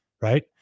right